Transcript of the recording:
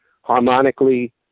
harmonically